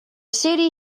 city